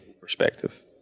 perspective